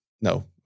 No